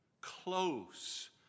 Close